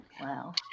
Wow